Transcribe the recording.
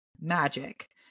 magic